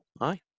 Aye